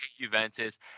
Juventus